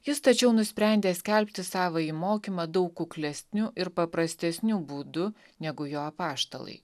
jis tačiau nusprendė skelbti savąjį mokymą daug kuklesniu ir paprastesniu būdu negu jo apaštalai